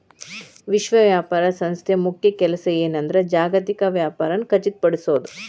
ವಿಶ್ವ ವ್ಯಾಪಾರ ಸಂಸ್ಥೆ ಮುಖ್ಯ ಕೆಲ್ಸ ಏನಂದ್ರ ಜಾಗತಿಕ ವ್ಯಾಪಾರನ ಖಚಿತಪಡಿಸೋದ್